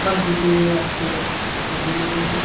हर जगह आपको नहीं मिलेंगे